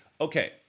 Okay